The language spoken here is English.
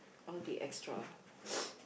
all the extras